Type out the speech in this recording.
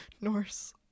Norse